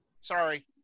Sorry